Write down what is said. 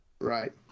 Right